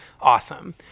awesome